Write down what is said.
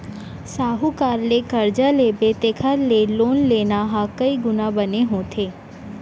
साहूकार ले करजा लेबे तेखर ले लोन लेना ह कइ गुना बने होथे